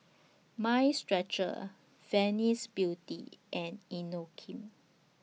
Mind Stretcher Venus Beauty and Inokim